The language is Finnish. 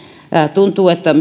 tuntuu että